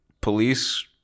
police